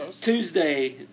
Tuesday